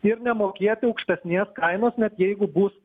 ir nemokėti aukštesnės kainos net jeigu bus